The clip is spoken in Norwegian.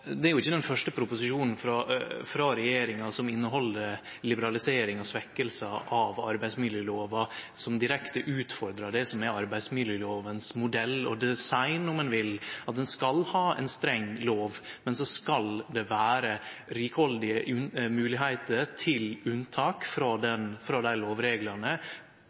ikkje den første proposisjonen frå regjeringa som inneheld liberaliseringar og svekkingar av arbeidsmiljølova, og som direkte utfordrar det som er modellen – og designen, om ein vil – for arbeidsmiljølova: at ein skal ha ei streng lov, men så skal det vere rikhaldige moglegheiter til unntak frå